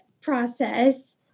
process